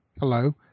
Hello